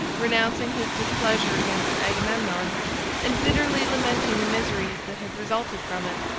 renouncing his displeasure against agamemnon and bitterly lamenting the miseries that had resulted from it,